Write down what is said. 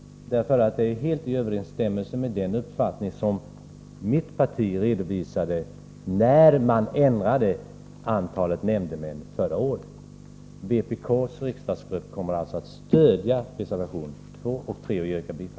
Det som sägs i dem överensstämmer helt med den uppfattning som mitt parti redovisade när riksdagen förra året ändrade antalet nämndemän. Vpk:s riksdagsgrupp kommer alltså att stödja reservationerna 2 och 3.